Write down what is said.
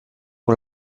con